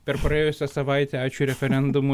per praėjusią savaitę ačiū referendumų